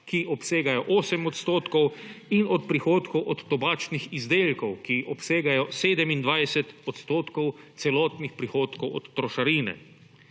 ki obsegajo 8 % in od prihodkov od tobačnih izdelkov, ki obsegajo 27 % celotnih prihodkov od trošarine.